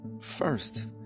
first